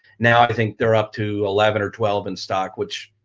now, i think they're up to eleven or twelve in stock, which,